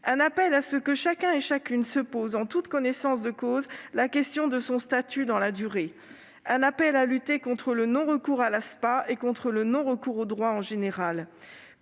Un appel pour que chacun et chacune se pose, en toute connaissance de cause, la question de son statut dans la durée. Un appel à lutter contre le non-recours à l'ASPA et contre le non-recours aux droits de manière